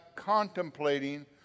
contemplating